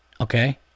Okay